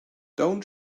don’t